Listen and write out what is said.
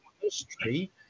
history